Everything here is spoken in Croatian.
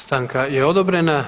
Stanka je odobrena.